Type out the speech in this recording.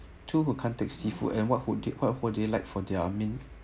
two who can't take seafood and what would they what would they like for their main